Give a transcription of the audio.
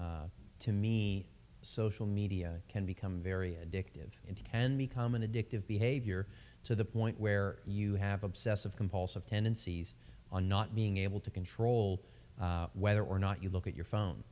office to me social media can become very addictive and can become an addictive behavior to the point where you have obsessive compulsive tendencies on not being able to control whether or not you look at your phone